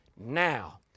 now